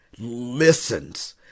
listens